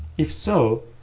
if so,